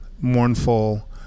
mournful